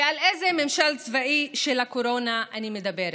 ועל איזה ממשל צבאי של הקורונה אני מדברת?